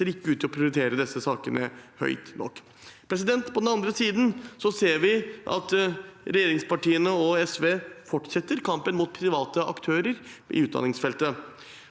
ikke ut til å prioritere disse sakene høyt nok. På den andre siden ser vi at regjeringspartiene og SV fortsetter kampen mot private aktører i utdanningsfeltet.